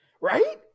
Right